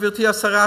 גברתי השרה,